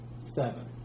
seven